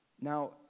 Now